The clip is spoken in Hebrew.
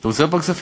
אתה רוצה בכספים?